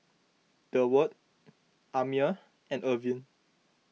Durward Amiah and Irvin